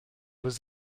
was